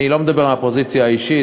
אני לא מדבר מהפוזיציה האישית,